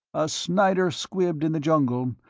a snider squibbed in the jungle.